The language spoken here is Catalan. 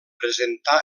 presentà